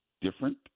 different